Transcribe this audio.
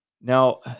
Now